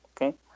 okay